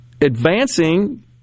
advancing